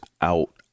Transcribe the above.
out